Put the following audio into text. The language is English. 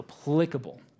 applicable